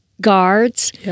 guards